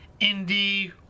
indie